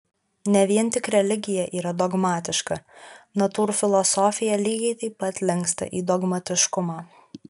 ne vien tik religija yra dogmatiška natūrfilosofija lygiai taip pat linksta į dogmatiškumą